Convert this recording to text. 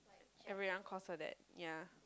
everyone calls for that ya